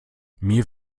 mir